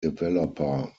developer